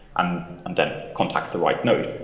and and then contact the right node.